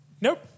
Nope